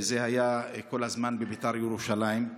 זה היה כל הזמן בבית"ר ירושלים,